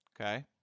Okay